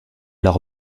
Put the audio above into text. leur